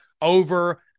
over